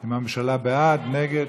אם הממשלה בעד או נגד.